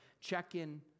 check-in